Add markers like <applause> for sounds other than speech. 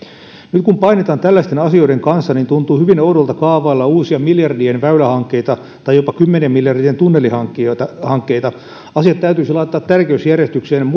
nyt kun painitaan tällaisten asioiden kanssa tuntuu hyvin oudolta kaavailla uusia miljardien väylähankkeita tai jopa kymmenien miljardien tunnelihankkeita asiat täytyisi laittaa tärkeysjärjestykseen <unintelligible>